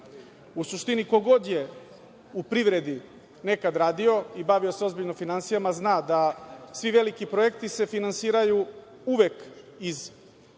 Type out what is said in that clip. U suštini ko god je u privredi nekada radio i bavio se ozbiljno finansijama zna da se svi veliki projekti finansiraju uvek iz veoma